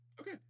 Okay